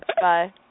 Bye